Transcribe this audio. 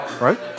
right